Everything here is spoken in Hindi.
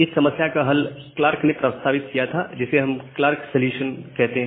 इस समस्या का हल क्लार्क ने प्रस्तावित किया था जिसे हम क्लार्क सॉल्यूशन कहते हैं